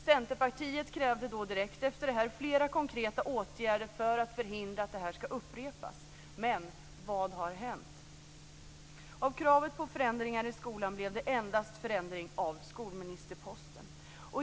Centerpartiet krävde då direkt efter det här flera konkreta åtgärder för att förhindra att detta skall upprepas, men vad har hänt? Av kravet på förändringar i skolan blev det endast förändring på skolministerposten.